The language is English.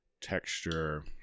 texture